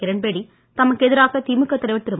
கிரண்பேடி தமக்கு எதிராக திமுக தலைவர் திரு